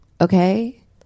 okay